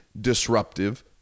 disruptive